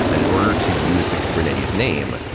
and in order to use the kubernetes name,